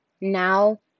now